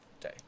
day